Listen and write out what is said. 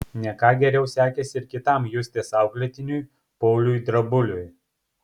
ne ką geriau sekėsi ir kitam justės auklėtiniui pauliui drabuliui